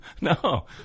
No